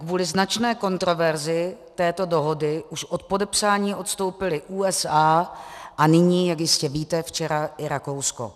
Kvůli značné kontroverzi této dohody už od podepsání odstoupily USA a nyní, jak jistě víte, včera i Rakousko.